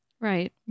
Right